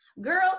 Girl